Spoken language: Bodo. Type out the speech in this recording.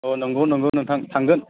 औ नोंगौ नोंगौ नोंथां थांगोन